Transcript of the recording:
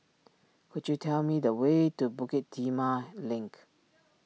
could you tell me the way to Bukit Timah Link